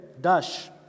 dash